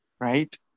right